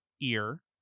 ear